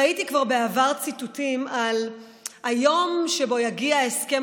ראיתי כבר בעבר ציטוטים על היום שבו יגיע הסכם